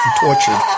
tortured